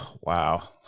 Wow